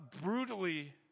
brutally